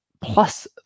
plus